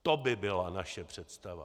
To by byla naše představa!